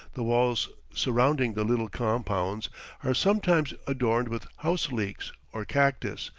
the walls surrounding the little compounds are sometimes adorned with house-leeks or cactus,